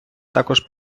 також